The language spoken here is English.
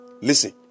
listen